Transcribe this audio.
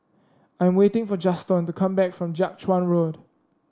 I am waiting for Juston to come back from Jiak Chuan Road